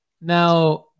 now